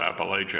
Appalachia